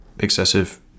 excessive